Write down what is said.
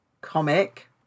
comic